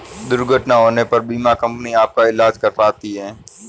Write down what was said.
दुर्घटना होने पर बीमा कंपनी आपका ईलाज कराती है